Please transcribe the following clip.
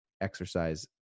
exercise